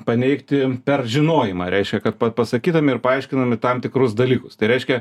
paneigti per žinojimą reiškia kad pa pasakydami ir paaiškinami tam tikrus dalykus tai reiškia